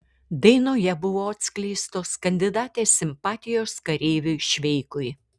dainoje buvo atskleistos kandidatės simpatijos kareiviui šveikui